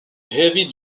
heavy